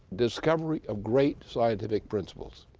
discovery of great scientific principles,